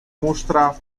musztra